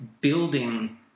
building